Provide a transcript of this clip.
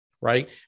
right